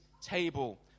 table